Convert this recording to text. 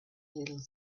little